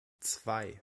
zwei